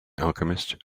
alchemist